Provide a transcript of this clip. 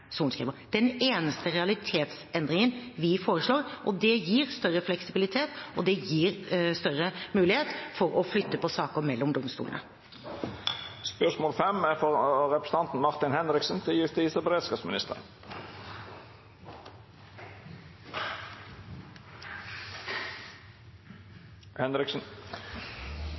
sorenskriver. Det er den eneste realitetsendringen vi foreslår. Det gir større fleksibilitet, og det gir større mulighet for å flytte på saker mellom domstolene. «De nye redningshelikoptrene SAR Queen har kapasitet til